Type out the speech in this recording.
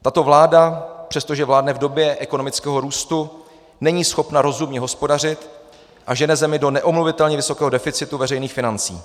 Tato vláda, přestože vládne v době ekonomického růstu, není schopna rozumně hospodařit a žene zemi do neomluvitelně vysokého deficitu veřejných financí.